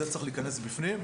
זה צריך להיכנס פנימה,